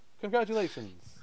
congratulations